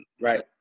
Right